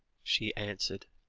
she answered.